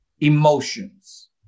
emotions